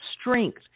strength